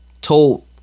told